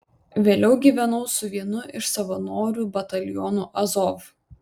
vėliau gyvenau su vienu iš savanorių batalionų azov